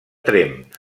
tremp